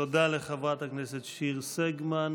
תודה לחברת הכנסת שיר סגמן.